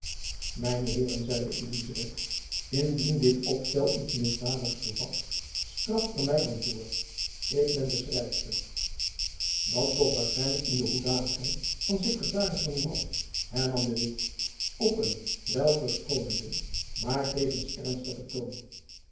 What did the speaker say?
mijne heeren zeide elizabeth indien dit opjacob van lennep elizabeth musch stel iets misdadigs bevat straft er my dan voor ik ben de schrijfster dan toch waarschijnlijk in de hoedanigheid van sekretaris van uw man hernam de witt op een wel verschonenden maar tevens ernstigen toon